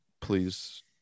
Please